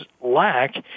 lack